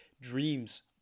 dreams